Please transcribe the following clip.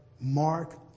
Mark